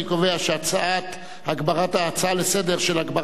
כהצעה לסדר-היום.